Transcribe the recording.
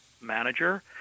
manager